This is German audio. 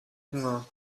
hunger